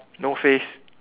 no face